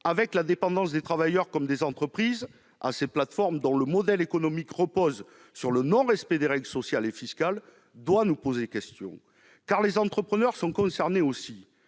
la dépendance des travailleurs comme des entreprises à ces plateformes dont le modèle économique repose sur le non-respect des règles sociales et fiscales, doit nous conduire à nous interroger, car les entrepreneurs sont aussi